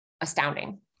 astounding